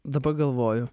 dabar galvoju